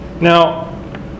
Now